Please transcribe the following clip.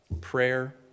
Prayer